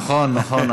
נכון, נכון.